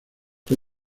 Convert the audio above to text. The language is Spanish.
fue